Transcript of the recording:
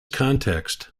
context